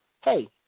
hey